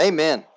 Amen